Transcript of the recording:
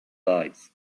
lives